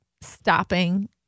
stopping